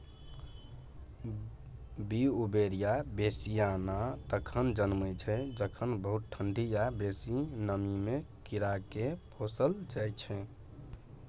Beauveria bassiana तखन जनमय छै जखन बहुत ठंढी या बेसी नमीमे कीड़ाकेँ पोसल जाइ छै